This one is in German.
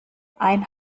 ein